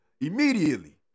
immediately